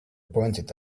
pointed